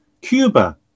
Cuba